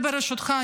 ברשותך,